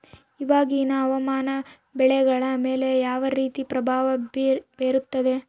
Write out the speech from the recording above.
ಇವಾಗಿನ ಹವಾಮಾನ ಬೆಳೆಗಳ ಮೇಲೆ ಯಾವ ರೇತಿ ಪ್ರಭಾವ ಬೇರುತ್ತದೆ?